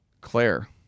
Claire